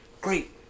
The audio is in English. great